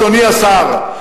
אדוני השר,